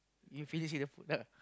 you finish the food ah